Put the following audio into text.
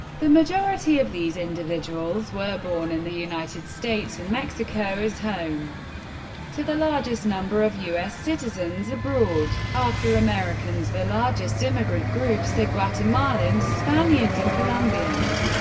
the majority of these individuals were born in the united states and mexico is home to the largest number of u s. citizens abroad. after americans the largest immigrant groups are guatemalans, spaniards and colombians.